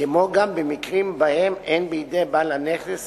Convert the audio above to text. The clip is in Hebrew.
כמו גם מקרים שבהם אין בידי בעל הנכס